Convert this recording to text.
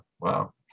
wow